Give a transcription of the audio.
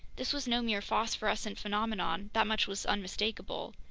this was no mere phosphorescent phenomenon, that much was unmistakable.